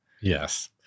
Yes